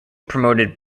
promoted